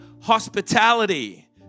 hospitality